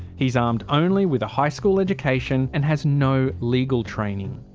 he's armed only with a high school education and has no legal training.